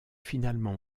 finalement